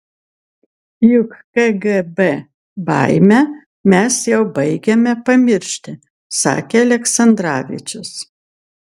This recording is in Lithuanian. juk kgb baimę mes jau baigiame pamiršti sakė aleksandravičius